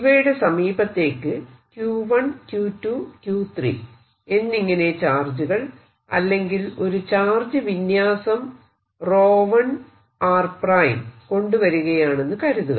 ഇവയുടെ സമീപത്തേക്ക് Q 1 Q 2 Q 3 എന്നിങ്ങനെ ചാർജുകൾ അല്ലെങ്കിൽ ഒരു ചാർജ് വിന്യാസം 1 r കൊണ്ടുവരികയാണെന്നു കരുതുക